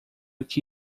que